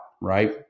right